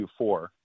Q4